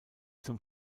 zum